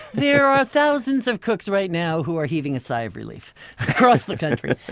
there are thousands of cooks right now who are heaving a sigh of relief across the country.